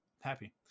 happy